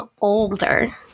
older